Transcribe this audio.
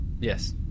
Yes